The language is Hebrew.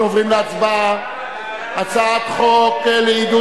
אנחנו עוברים להצבעה על הצעת חוק לעידוד